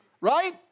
right